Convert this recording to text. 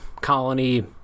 colony